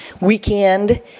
weekend